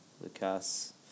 Lucas